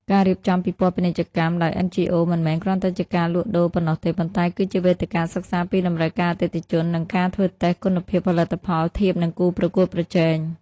ការរៀបចំពិព័រណ៍ពាណិជ្ជកម្មដោយ NGOs មិនមែនគ្រាន់តែជាការលក់ដូរប៉ុណ្ណោះទេ ប៉ុន្តែគឺជាវេទិកាសិក្សាពីតម្រូវការអតិថិជន និងការធ្វើតេស្តគុណភាពផលិតផលធៀបនឹងគូប្រកួតប្រជែង។